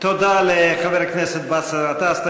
תודה לחבר הכנסת באסל גטאס.